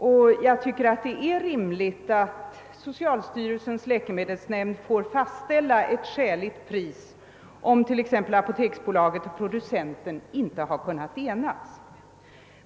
Det är enligt min mening rimligt att socialstyrelsens läkemedelsnämnd får fastställa ett skäligt pris om t.ex. apoteksbolaget och producenten inte har kunnat enas.